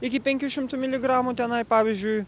iki penkių šimtų miligramų tenai pavyzdžiui